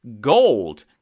gold